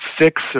six